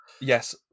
yes